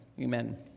amen